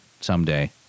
someday